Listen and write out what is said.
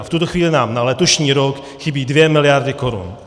A v tuto chvíli nám na letošní rok chybí 2 miliardy korun.